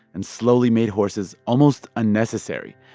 and slowly made horses almost unnecessary.